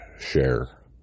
share